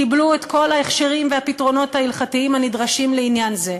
קיבלו את כל ההכשרים והפתרונות ההלכתיים הנדרשים לעניין זה,